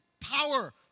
power